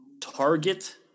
target